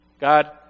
God